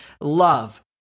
love